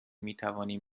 میتوانیم